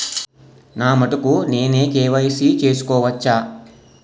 నా మటుకు నేనే కే.వై.సీ చేసుకోవచ్చా?